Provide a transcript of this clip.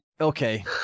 okay